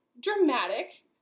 dramatic